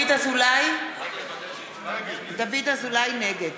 (קוראת בשם חבר הכנסת) דוד אזולאי, נגד